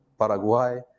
Paraguay